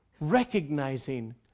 recognizing